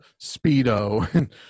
Speedo